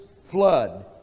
flood